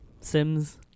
sims